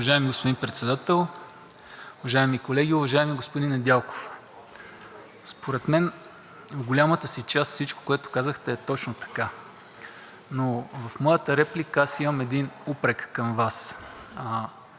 Уважаеми господин Председател, уважаеми колеги! Уважаеми господин Недялков, според мен в голямата си част всичко, което казахте, е точно така, но в моята реплика аз имам упрек към Вас: